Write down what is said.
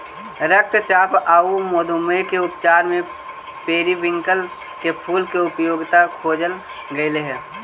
रक्तचाप आउ मधुमेह के उपचार में पेरीविंकल के फूल के उपयोगिता खोजल गेली हे